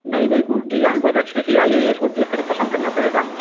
नहीं नहीं कुछ डिजाइन बहुत अच्छी अच्छी आई हुई है उसको देखकर पसंद करना पड़ेगा